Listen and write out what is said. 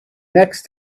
next